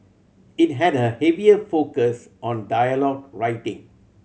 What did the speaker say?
it had a heavier focus on dialogue writing